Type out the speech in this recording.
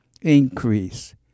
increase